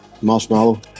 Marshmallow